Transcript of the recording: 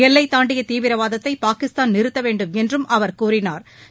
எல்லை தாண்டிய தீவி ரவாதத்தை பாகிஸ்தான் நி றுத்த வேண்டும் என் றும் அவர் கூறினாா்